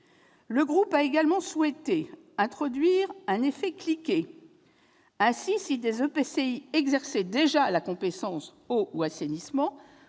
de travail a également souhaité introduire « un effet cliquet ». Ainsi, si des EPCI exercent déjà la compétence « eau » ou « assainissement